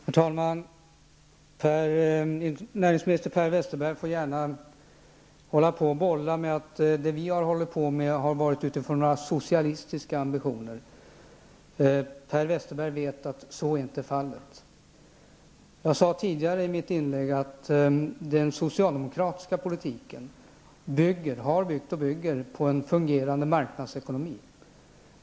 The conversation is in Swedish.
Herr talman! Näringsminister Per Westerberg får gärna bolla med argument om att det vi socialdemokrater har hållit på med har sin utgångspunkt i socialistiska ambitioner. Per Westerberg vet att så inte är fallet. Jag sade tidigare att den socialdemokratiska politiken bygger på, och har byggt på, en fungerande marknadsekonomi.